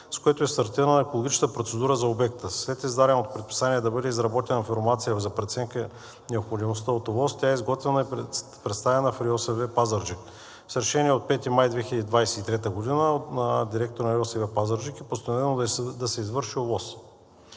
с което е стартирана екологичната процедура за обекта. След издаденото предписание да бъде изработена информация за преценка на необходимостта от ОВОС тя е изготвена и представена в РИОСВ – Пазарджик. С Решение от 5 май 2023 г. на директора на РИОСВ – Пазарджик, е постановено да се извърши ОВОС,